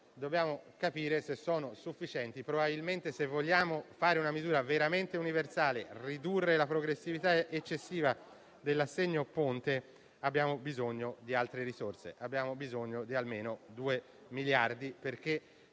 dobbiamo capire se sono sufficienti. Probabilmente, se vogliamo fare una misura veramente universale e ridurre la progressività eccessiva dell'assegno ponte, abbiamo bisogno di altre risorse. Abbiamo bisogno di almeno due miliardi di